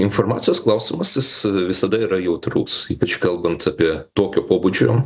informacijos klausimas jis visada yra jautrus ypač kalbant apie tokio pobūdžio